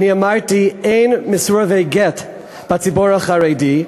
אין מסורבי גט בציבור החרדי,